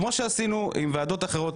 כמו שעשינו עם ועדות אחרות,